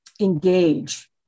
engage